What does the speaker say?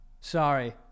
sorry